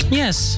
yes